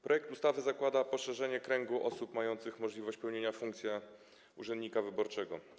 Projekt ustawy zakłada poszerzenie kręgu osób mających możliwość pełnienia funkcji urzędnika wyborczego.